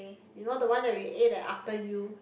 you know the one that we ate at After-You